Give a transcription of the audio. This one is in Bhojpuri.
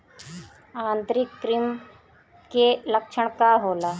आंतरिक कृमि के लक्षण का होला?